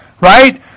Right